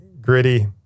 gritty